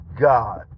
God